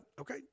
Okay